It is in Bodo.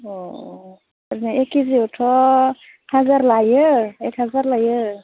अ ओरैनो एक केजियावथ' हाजार लायो एक हाजार लायो